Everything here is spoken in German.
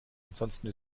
ansonsten